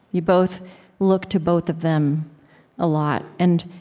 you both look to both of them a lot and